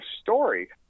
story